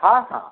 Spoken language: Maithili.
हॅं हॅं